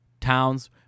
Towns